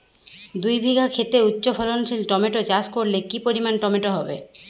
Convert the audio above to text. দুই বিঘা খেতে উচ্চফলনশীল টমেটো চাষ করলে কি পরিমাণ টমেটো হবে?